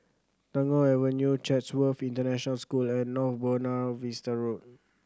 Tagore Avenue Chatsworth International School and North Buona Vista Road